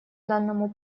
данному